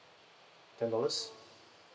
ten dollars